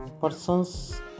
persons